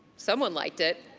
someone liked it.